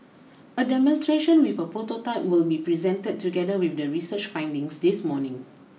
a demonstration with a prototype will be presented together with the research findings this morning